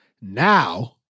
Now